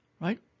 right